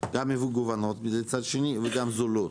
המגוונות ומצד שני, גם זולות.